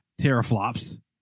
teraflops